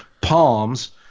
palms